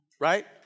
right